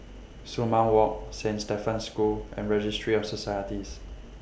Sumang Walk Saint Stephen's School and Registry of Societies